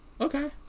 Okay